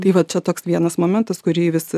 tai va čia toks vienas momentas kurį vis